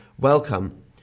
Welcome